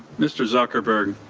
mr. zuckerberg